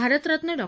Bharat Ratna Dr